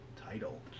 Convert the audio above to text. title